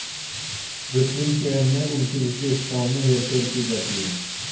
कृत्रिम चयन में उनकी विशेषताओं में हेरफेर की जाती है